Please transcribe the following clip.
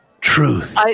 Truth